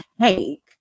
take